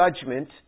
judgment